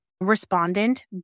respondent